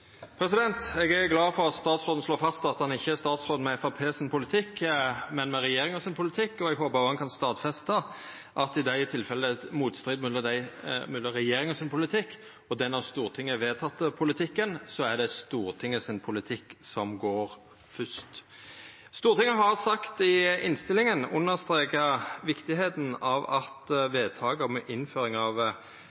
glad for at statsråden slår fast at han ikkje er statsråd med Framstegspartiet sin politikk, men med regjeringa sin politikk. Eg håpar han kan stadfesta at i dei tilfella der det er motstrid mellom regjeringa sin politikk og politikken som er vedteken av Stortinget, er det Stortinget sin politikk som går først. Stortinget har i innstillinga understreka at vedtaket om nasjonale beredskapslager av